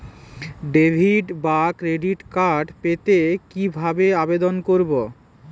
Debit বা credit card পেতে কি ভাবে আবেদন করব?